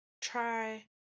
Try